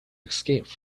escaped